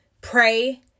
pray